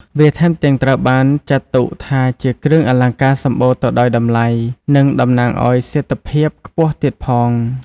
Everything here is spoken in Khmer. វាថែមទាំងត្រូវបានចាត់ទុកថាជាគ្រឿងអលង្ការសម្បូរទៅដោយតម្លៃ និងតំណាងឲ្យសេដ្ឋភាពខ្ពស់ទៀតផង។